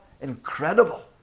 incredible